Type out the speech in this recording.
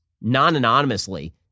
non-anonymously